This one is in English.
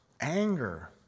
anger